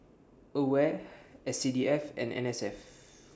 AWARE S C D F and N S F